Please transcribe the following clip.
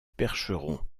percheron